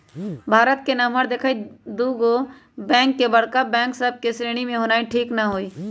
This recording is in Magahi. भारत के नमहर देखइते दुगो बैंक के बड़का बैंक सभ के श्रेणी में होनाइ ठीक न हइ